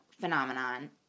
phenomenon